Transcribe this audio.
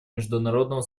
международного